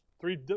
three